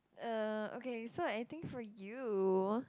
uh okay so I think for you